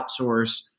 outsource